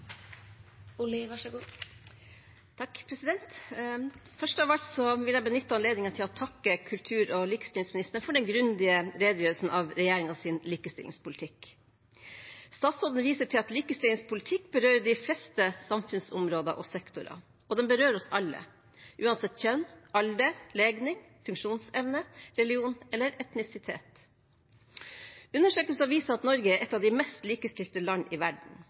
Først av alt vil jeg benytte anledningen til å takke kultur- og likestillingsministeren for den grundige redegjørelsen om regjeringens likestillingspolitikk. Statsråden viser til at likestillingspolitikk berører de fleste samfunnsområder og -sektorer, og den berører oss alle, uansett kjønn, alder, legning, funksjonsevne, religion eller etnisitet. Undersøkelser viser at Norge er et av de mest likestilte land i verden.